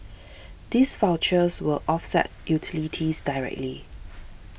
these vouchers will offset utilities directly